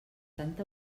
tanta